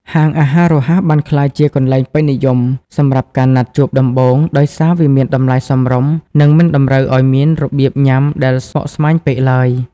ហាងអាហាររហ័សបានក្លាយជា «កន្លែងពេញនិយម» សម្រាប់ការណាត់ជួបដំបូង ដោយសារវាមានតម្លៃសមរម្យ និងមិនតម្រូវឱ្យមានរបៀបញ៉ាំដែលស្មុគស្មាញពេកឡើយ។